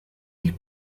est